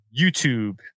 YouTube